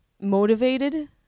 motivated